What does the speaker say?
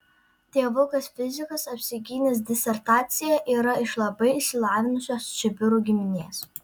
tėvukas fizikas apsigynęs disertaciją yra iš labai išsilavinusios čibirų giminės